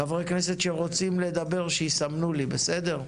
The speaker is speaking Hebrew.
חברי כנסת שרוצים לדבר שיסמנו לי, בסדר?